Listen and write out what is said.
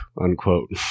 unquote